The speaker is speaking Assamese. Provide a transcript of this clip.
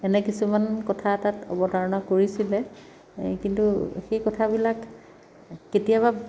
এনে কিছুমান কথা তাত অৱতাৰণা কৰিছিলে কিন্তু সেই কথাবিলাক কেতিয়াবা